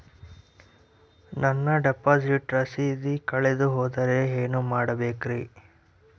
ನಾನು ಡಿಪಾಸಿಟ್ ರಸೇದಿ ಕಳೆದುಹೋದರೆ ಏನು ಮಾಡಬೇಕ್ರಿ?